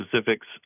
specifics